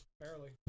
Barely